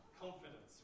confidence